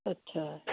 अच्छा